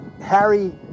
Harry